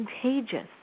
contagious